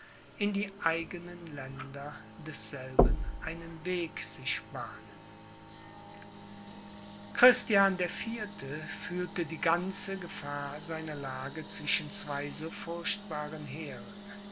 in die eigenen länder desselben einen weg sich bahnen christian der vierte fühlte die ganze gefahr seiner lage zwischen zwei so furchtbaren heeren